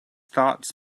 thoughts